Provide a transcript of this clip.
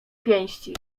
pięści